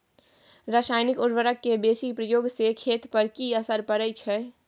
रसायनिक उर्वरक के बेसी प्रयोग से खेत पर की असर परै छै?